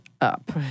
up